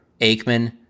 Aikman